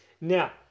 Now